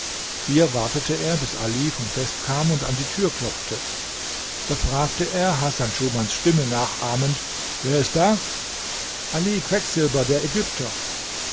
hier wartete er bis ali vom fest kam und an die tür klopfte da fragte er hasan schumans stimme nachahmend wer ist da ali quecksilber der ägypter